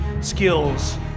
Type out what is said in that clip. Skills